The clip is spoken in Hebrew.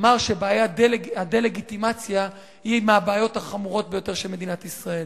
אמר שבעיית הדה-לגיטימציה היא מהבעיות החמורות ביותר של מדינת ישראל.